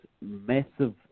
massive